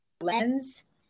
lens